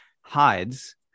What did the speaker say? hides